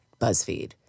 BuzzFeed